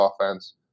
offense